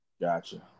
Gotcha